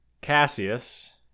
Cassius